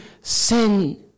sin